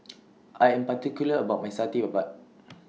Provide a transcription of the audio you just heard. I Am particular about My Satay Babat